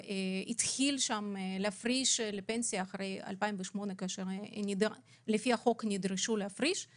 והתחיל להפריש לפנסיה ב-2008 כאשר נדרשו להפריש על פי חוק.